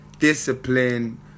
Discipline